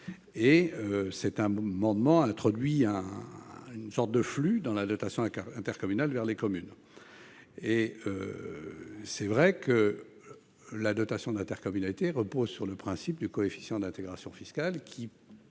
de cet amendement introduisent une sorte de flux de la dotation intercommunale vers les communes. La dotation d'intercommunalité repose sur le principe du coefficient d'intégration fiscale,